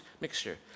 mixture